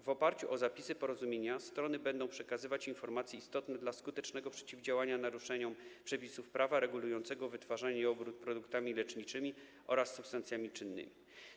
W oparciu o zapisy porozumienia strony będą przekazywać informacje istotne dla skutecznego przeciwdziałania naruszeniom przepisów prawa regulującego wytwarzanie produktów leczniczych oraz substancji czynnych i obrót nimi.